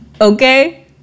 Okay